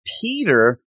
Peter